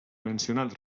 mencionat